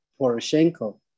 Poroshenko